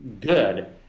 good